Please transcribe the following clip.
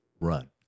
run